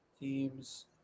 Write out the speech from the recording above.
Team's